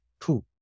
two